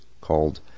called